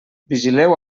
vigileu